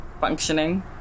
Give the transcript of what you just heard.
functioning